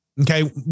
Okay